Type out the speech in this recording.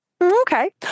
Okay